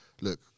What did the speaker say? look